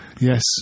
Yes